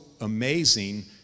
amazing